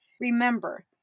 Remember